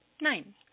nine